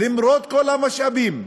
למרות כל המשאבים,